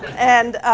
and,